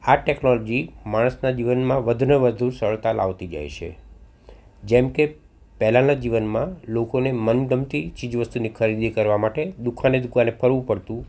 આ ટેક્નોલોજી માણસના જીવનમાં વધુ ને વધુ સરળતા લાવતી જાય છે જેમકે પહેલાંના જીવનમાં લોકોને મનગમતી ચીજ વસ્તુની ખરીદી કરવા માટે દુકાને દુકાને ફરવું પડતું